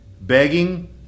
begging